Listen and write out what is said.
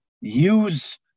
use